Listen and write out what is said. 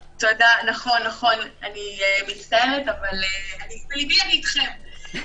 נכון, אני מצטערת, אבל בליבי איתכם.